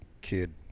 kid